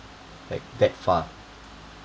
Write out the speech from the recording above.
like that far